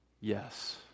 yes